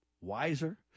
wiser